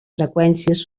freqüències